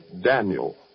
Daniel